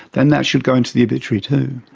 then that should go into the obituary too.